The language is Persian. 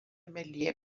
ملی